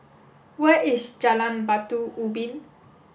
where is Jalan Batu Ubin